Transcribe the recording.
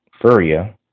Furia